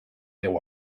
deu